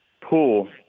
pool